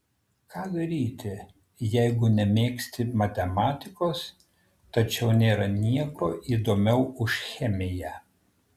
ką daryti jeigu nemėgsti matematikos tačiau nėra nieko įdomiau už chemiją